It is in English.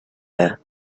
air